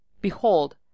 Behold